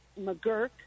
McGurk